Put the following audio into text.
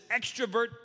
extrovert